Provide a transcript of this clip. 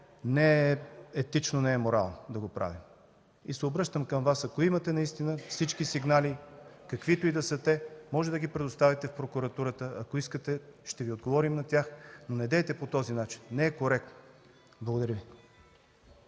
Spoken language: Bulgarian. не е етично, не е морално да го правим. Обръщам се към Вас – ако имате наистина всички сигнали, каквито и да са те, можете да ги предоставите в прокуратурата. Ако искате, ще Ви отговорим на тях, но недейте по този начин, не е коректно. Благодаря Ви.